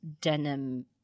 denim